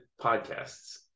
podcasts